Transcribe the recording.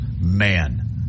man